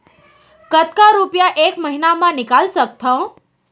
कतका रुपिया एक महीना म निकाल सकथव?